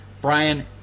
Brian